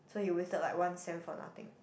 so he wasted like one sem for nothing